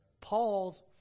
Paul's